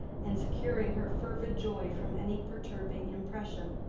and securing her fervid joy from any perturbing impression.